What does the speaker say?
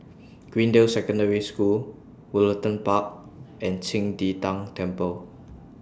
Greendale Secondary School Woollerton Park and Qing De Tang Temple